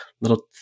Little